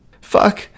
Fuck